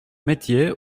metiers